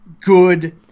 good